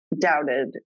Doubted